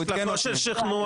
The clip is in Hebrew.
הוא עדכן אותי.